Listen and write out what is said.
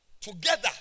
Together